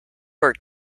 were